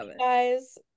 guys